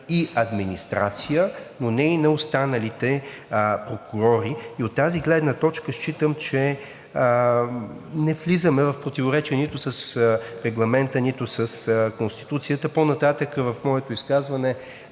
и администрация, но не и на останалите прокурори. От тази гледна точка считам, че не влизаме в противоречие нито с Регламента, нито с Конституцията. По-нататък в моето изказване